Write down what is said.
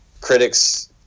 critics